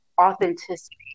authenticity